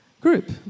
group